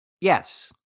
Yes